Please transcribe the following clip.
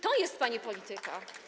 To jest pani polityka.